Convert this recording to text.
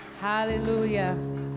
Hallelujah